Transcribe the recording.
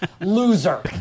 Loser